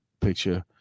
picture